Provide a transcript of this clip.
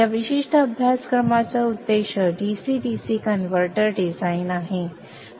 या विशिष्ट अभ्यासक्रमाचा उद्देश DC DC कनवर्टर डिझाइन आहे